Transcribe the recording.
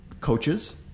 Coaches